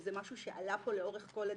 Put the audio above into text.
וזה משהו שעלה פה לאורך כל הדרך,